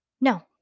no